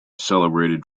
celebrated